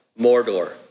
Mordor